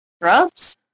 Grubs